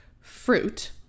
fruit